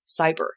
cyber